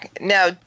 Now